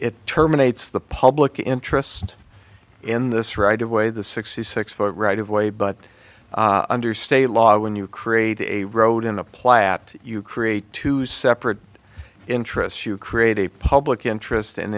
it terminates the public interest in this right of way the sixty six foot right of way but under state law when you create a road in a plat you create two separate interests you create a public interest in